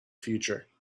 future